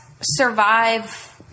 survive